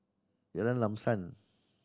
Jalan Lam Sam